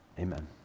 Amen